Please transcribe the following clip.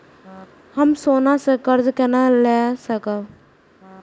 हम सोना से कर्जा केना लाय सकब?